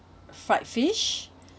fried fish